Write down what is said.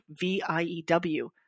V-I-E-W